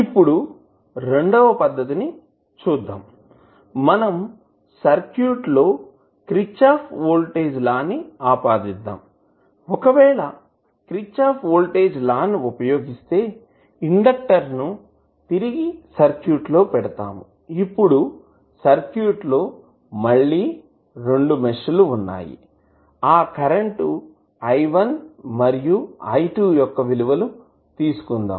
ఇప్పుడు రెండో పద్ధతి చూద్దాం మనం సర్క్యూట్ లో క్రిచ్చాఫ్ వోల్టేజ్ లా ని ఆపాదిద్దాం ఒకవేళ క్రిచ్చాఫ్ వోల్టేజ్ లా ను ఉపయోగిస్తే ఇండెక్టర్ ని తిరిగి సర్క్యూట్ లో పెడతాం ఇప్పుడు సర్క్యూట్ లో మళ్ళి రెండు మెష్ లు ఉన్నాయి ఆ కరెంటు i1 మరియు i2 యొక్క విలువలు తీసుకుందాం